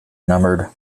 numbered